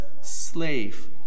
slave